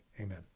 Amen